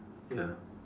ya